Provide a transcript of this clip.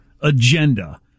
agenda